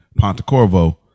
Pontecorvo